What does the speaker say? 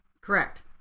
Correct